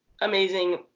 amazing